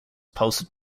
posted